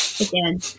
again